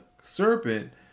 serpent